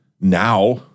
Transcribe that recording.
now